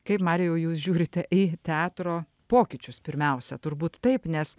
kaip marijau jūs žiūrite į teatro pokyčius pirmiausia turbūt taip nes